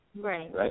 Right